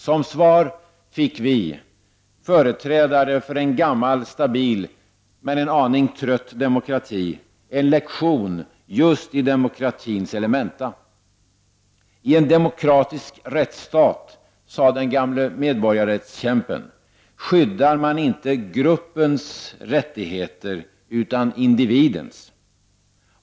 Som svar fick vi, företrädare för en gammal stabil men en aning trött demokrati, en lektion just i demokratins elementa. I en demokratisk rättsstat, sade den gamle medborgarrättskämpen, skyddar man inte gruppens rättigheter utan individens.